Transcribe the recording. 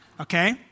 Okay